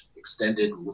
extended